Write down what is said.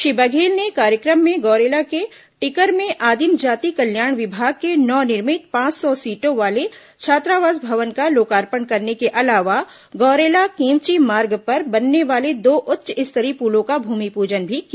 श्री बघेल ने कार्यक्रम में गौरेला के टिकर में आदिम जाति कल्याण विभाग के नवनिर्मित पांच सौ सीटों वाले छात्रावास भवन का लोकार्पण करने के अलावा गौरेला केवंची मार्ग पर बनने वाले दो उच्च स्तरीय पुलों का भूमिपूजन भी किया